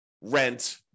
rent